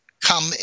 come